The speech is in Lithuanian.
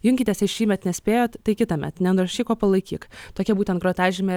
junkitės jei šįmet nespėjot tai kitąmet nenurašyk o palaikyk tokia būtent grotažymė